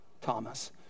Thomas